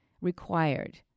required